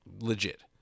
legit